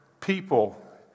people